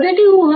మొదటి ఊహ